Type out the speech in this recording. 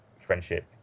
friendship